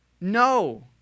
no